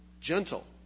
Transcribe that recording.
gentle